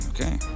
okay